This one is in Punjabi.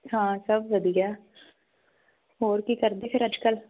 ਹਾਂ ਸਭ ਵਧੀਆ ਹੋਰ ਕੀ ਕਰਦੀ ਫਿਰ ਅੱਜ ਕੱਲ੍ਹ